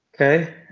Okay